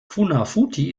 funafuti